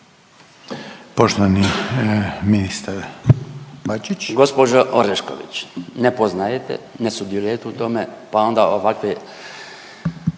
Poštovani ministar Bačić.